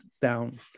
down